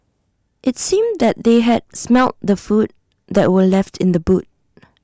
IT seemed that they had smelt the food that were left in the boot